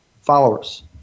followers